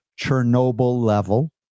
Chernobyl-level